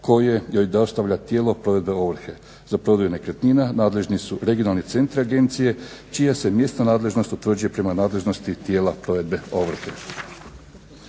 koje joj dostavlja tijelo provedbe ovrhe. Za prodaju nekretnina nadležni su regionalni centri agencije čija se mjesna nadležnost utvrđuje prema nadležnosti tijela provedbe ovrhe.